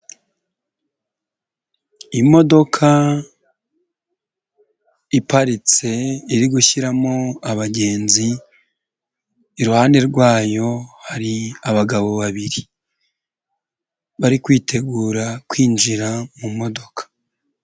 Imodoka iparitse iri gushyiramo abagenzi, iruhande rwayo hari abagabo babiri bari kwitegura kwinjira mu modoka.